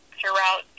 throughout